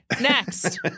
Next